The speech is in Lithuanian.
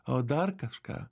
o dar kažką